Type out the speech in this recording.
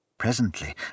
Presently